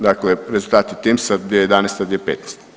Dakle, rezultati Timsa 2011-2015.